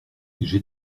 j’ai